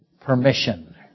permission